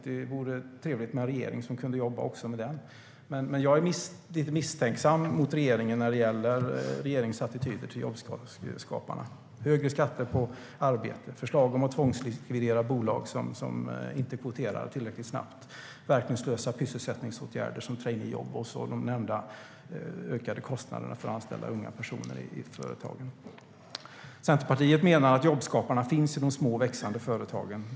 Det vore trevligt med en regering som kunde jobba också med den. Jag är lite misstänksam mot regeringen när det gäller regeringens attityder till jobbskaparna, med högre skatter på arbete, förslag om att tvångslikvidera bolag som inte kvoterar tillräckligt snabbt, verkningslösa "pysselsättningsåtgärder" som traineejobb och så de nämnda ökade kostnaderna för att anställa unga personer i företagen. Centerpartiet menar att jobbskaparna finns i de små och växande företagen.